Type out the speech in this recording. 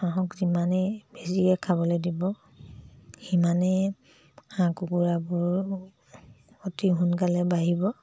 হাঁহক যিমানেই বেছিকৈ খাবলৈ দিব সিমানেই হাঁহ কুকুৰাবোৰ অতি সোনকালে বাঢ়িব